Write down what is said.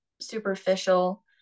superficial